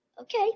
Okay